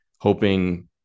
hoping